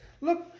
Look